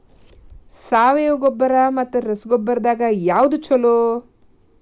ಸಾವಯವ ಗೊಬ್ಬರ ಮತ್ತ ರಸಗೊಬ್ಬರದಾಗ ಯಾವದು ಛಲೋ?